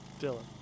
Dylan